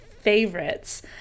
favorites